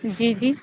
جی جی